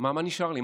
מה נשאר לי?